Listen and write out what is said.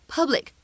Public